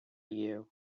you